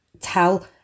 tell